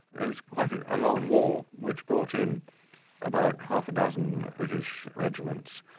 it was quite a long war, which brought in about half a dozen british regiments,